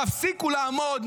תפסיקו לעמוד,